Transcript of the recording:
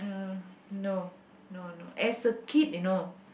mm no no no as a kid you know